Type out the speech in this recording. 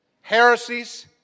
heresies